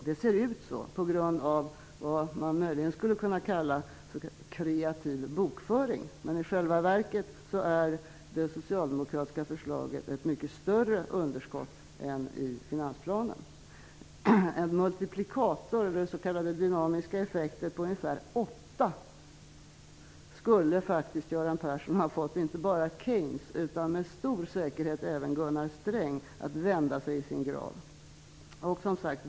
Det ser ut så på grund av vad man möjligen skulle kunna kalla kreativ bokföring. I själva verket innebär det socialdemokratiska förslaget ett mycket större underskott än finansplanen. En multiplikator, eller s.k. dynamiska effekter, på ungefär åtta skulle ha fått inte bara Keynes utan med stor säkerhet även Gunnar Sträng att vända sig i sin grav.